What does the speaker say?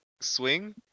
swing